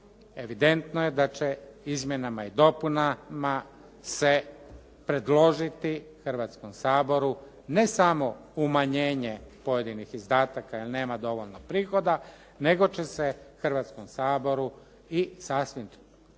evidentno da će izmjenama i dopunama se predložiti Hrvatskom saboru ne samo umanjenje pojedinih izdataka jer nema dovoljno prihoda nego će se Hrvatskom saboru i sasvim